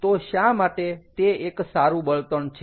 તો શા માટે તે એક સારું બળતણ છે